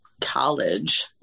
college